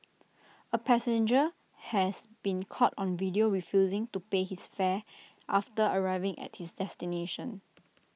A passenger has been caught on video refusing to pay his fare after arriving at his destination